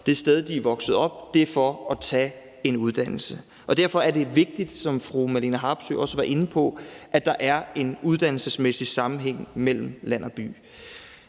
det sted, de vokser op, er, at de vil tage en uddannelse. Derfor er det vigtigt, hvad fru Marlene Harpsøe også var inde på, at der er en uddannelsesmæssig sammenhæng mellem land og by.